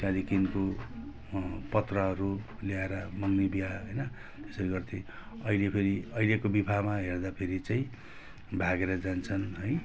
त्यहाँदिखिन्को पत्रहरू ल्याएर मगनी बिहा हैन यसरी गर्थे अहिले फेरि अहिलेको विवाहमा हेर्दाखेरि चाहिँ भागेर जान्छन् है